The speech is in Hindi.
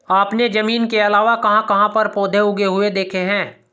आपने जमीन के अलावा कहाँ कहाँ पर पौधे उगे हुए देखे हैं?